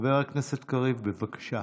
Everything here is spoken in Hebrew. חבר הכנסת קריב, בבקשה.